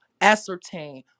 ascertain